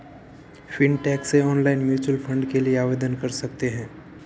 fintech से online mutual fund के लिए आवेदन कर सकते हैं